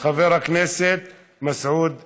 חבר הכנסת מסעוד גנאים.